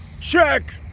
check